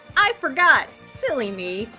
i forgot! silly me!